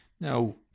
Now